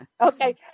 Okay